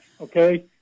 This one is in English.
Okay